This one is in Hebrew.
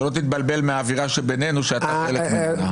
שלא תתבלבל מהאווירה שבינינו שאתה חלק ממנה.